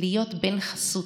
להיות בן חסות.